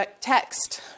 text